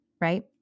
right